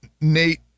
Nate